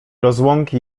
rozłąki